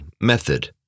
Method